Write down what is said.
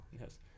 Yes